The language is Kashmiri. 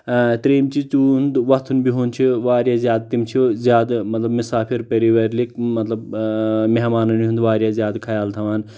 ترٛیٚیِم چیٖز تِہُنٛد وتھُن بِہُن چھُ واریاہ زیادٕ تِم چھِ زیادٕ مطلب مسافر پٔریورلِک مطلب اۭں مہمانن ہُنٛد واریاہ زیادٕ خیال تھاوان